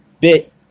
bit